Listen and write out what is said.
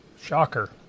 Shocker